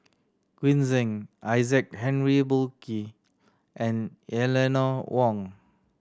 Green Zeng Isaac Henry Burkill and Eleanor Wong